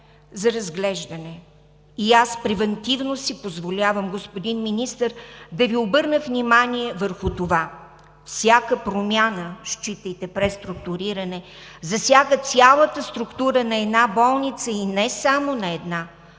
за разглеждане. Превантивно си позволявам, господин Министър, да Ви обърна внимание върху това: всяка промяна – считайте преструктуриране, засяга цялата структура на една болница, и не само на една,